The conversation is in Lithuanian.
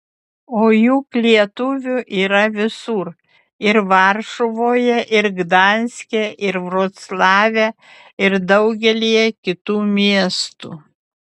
o juk lietuvių yra visur ir varšuvoje ir gdanske ir vroclave ir daugelyje kitų miestų